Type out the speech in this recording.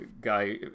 guy